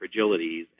fragilities